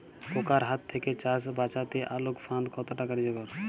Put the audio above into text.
পোকার হাত থেকে চাষ বাচাতে আলোক ফাঁদ কতটা কার্যকর?